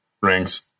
rings